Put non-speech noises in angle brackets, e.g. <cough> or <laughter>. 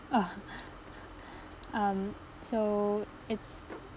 uh <breath> um so it's